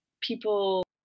people